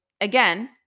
again